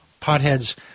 potheads